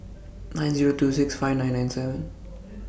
nine Zero two six five nine nine seven